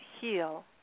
heal